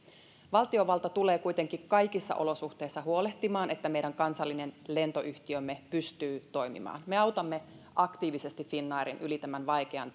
valtiovalta tulee kuitenkin kaikissa olosuhteissa huolehtimaan että meidän kansallinen lentoyhtiömme pystyy toimimaan me autamme aktiivisesti finnairin yli tämän vaikean